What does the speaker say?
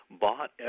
bought